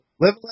live